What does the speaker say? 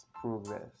progress